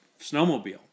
snowmobile